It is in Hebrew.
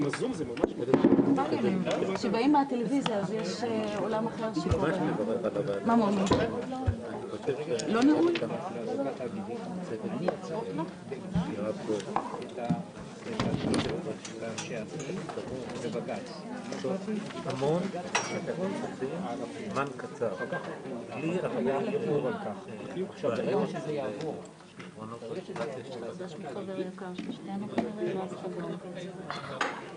10:40.